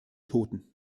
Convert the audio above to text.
toten